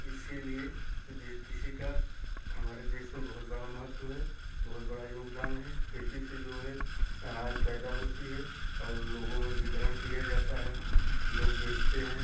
इसीलिए कि देश किसी का हमारे देश में बहुत बड़ा महत्व है बहुत बड़ा योगदान है खेती से जो है अनाज पैदा होता है और लोगों में वितरण किया जाता है लोग बेचते हैं